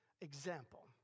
example